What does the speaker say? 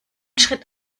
schritt